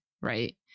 right